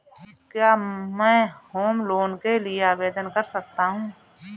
क्या मैं home loan के लिए आवेदन कर सकता हूं?